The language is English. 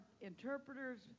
interpreters